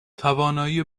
توانایی